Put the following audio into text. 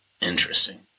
Interesting